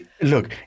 look